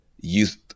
youth